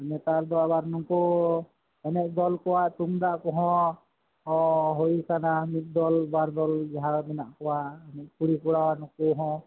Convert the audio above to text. ᱱᱮᱛᱟᱨ ᱟᱵᱟᱨ ᱱᱩᱠᱩ ᱮᱱᱮᱡ ᱫᱚᱞ ᱠᱚᱣᱟᱜ ᱛᱩᱢᱫᱟᱜ ᱠᱚᱦᱚᱸ ᱦᱩᱭ ᱟᱠᱟᱱᱟ ᱢᱤᱫ ᱫᱚᱞ ᱵᱟᱨ ᱫᱚᱞ ᱡᱟᱦᱟᱨᱮ ᱢᱮᱱᱟᱜ ᱠᱚᱣᱟ ᱠᱩᱲᱤ ᱠᱚᱲᱟ ᱱᱩᱠᱩ ᱦᱚᱸ